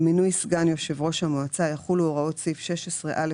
למה התכנסנו הבוקר?